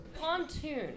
Pontoon